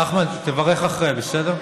נחמן, תברך אחרי, בסדר?